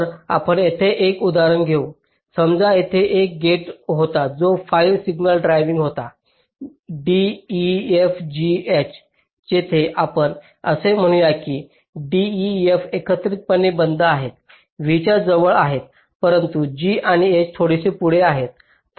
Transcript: तर आपण येथे एक उदाहरण घेऊ समजा येथे एक गेट होता जो 5 सिग्नल ड्रायविंग होता d e f g h जिथे आपण असे म्हणूया की d e f एकत्रितपणे बंद आहेत v च्या जवळ आहेत परंतु g आणि h थोडेसे पुढे आहे